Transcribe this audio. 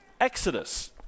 Exodus